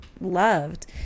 loved